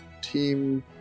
Team